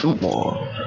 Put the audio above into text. more